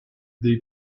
the